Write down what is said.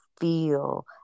feel